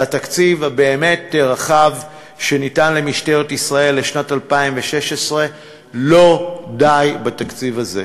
על התקציב הבאמת-רחב שניתן למשטרת ישראל לשנת 2016. לא די בתקציב הזה.